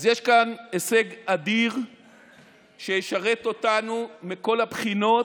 אז יש כאן הישג אדיר שישרת אותנו מכל הבחינות,